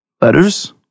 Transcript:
Letters